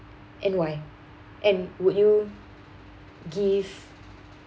and why and would you give